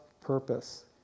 purpose